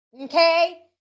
okay